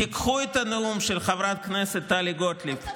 תיקחו את הנאום של חברת הכנסת טלי גוטליב,